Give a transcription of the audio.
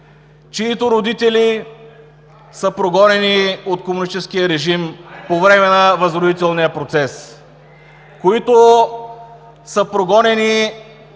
чиито родители са прогонени от комунистическия режим по време на възродителния процес, които са прогонени